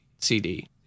CD